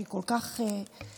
שהיא כל כך קיצונית,